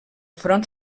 front